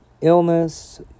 illness